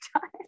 time